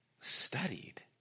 studied